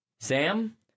Sam